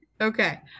Okay